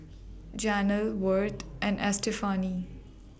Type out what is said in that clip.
Janel Worth and Estefani